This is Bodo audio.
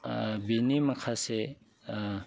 बिनि माखासे